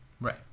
right